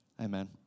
Amen